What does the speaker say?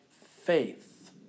faith